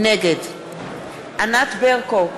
נגד ענת ברקו,